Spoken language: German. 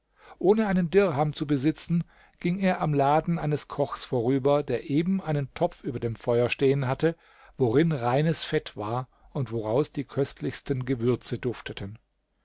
ohne einen dirham zu besitzen ging er am laden eines kochs vorüber der eben einen topf über dem feuer stehen hatte worin reines fett war und woraus die köstlichsten gewürze dufteten